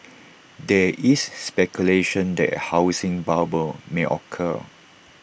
there is speculation that A housing bubble may occur